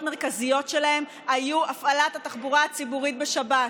מרכזיות שלהן היו הפעלת התחבורה הציבורית בשבת.